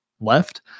left